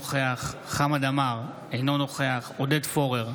אינו נוכח חמד עמאר, אינו נוכח עודד פורר,